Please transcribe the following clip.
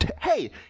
Hey